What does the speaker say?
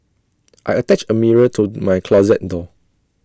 I attached A mirror to my closet door